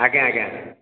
ଆଜ୍ଞା ଆଜ୍ଞା